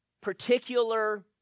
particular